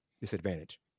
disadvantage